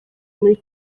muri